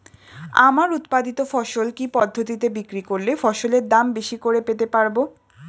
আমার উৎপাদিত ফসল কি পদ্ধতিতে বিক্রি করলে ফসলের দাম বেশি করে পেতে পারবো?